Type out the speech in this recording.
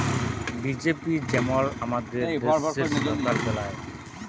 BJP যেমল আমাদের দ্যাশের সরকার বেলায়